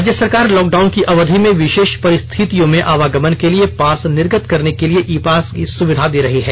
राज्य सरकार लॉकडाउन की अवधि में विषेष परिस्थितियों में आवागमन के लिए पास निर्गत करने के लिए ई पास की सुविधा दे रही है